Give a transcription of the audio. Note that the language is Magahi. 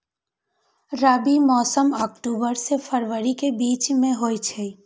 रबी मौसम अक्टूबर से फ़रवरी के बीच में होई छई